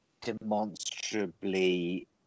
demonstrably